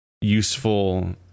useful